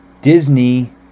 Disney